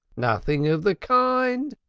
nothing of the kind,